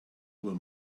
uhr